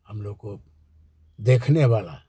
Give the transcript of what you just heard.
हम लोग को देखने वाले